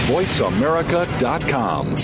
VoiceAmerica.com